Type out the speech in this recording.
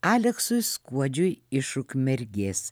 aleksui skuodžiui iš ukmergės